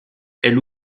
elle